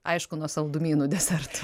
aišku nuo saldumynų desertų